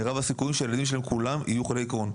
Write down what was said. מירב הסיכויים שהילדים שלהם כולם יהיו חולי קרוהן.